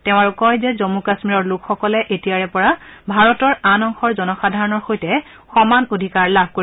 তেওঁ আৰু কয় যে জম্মু কাশ্মীৰৰ লোকসকলে এতিয়াৰেপৰা ভাৰতৰ আন অংশৰ জনসাধাৰণৰ সৈতে সমান অধিকাৰ লাভ কৰিব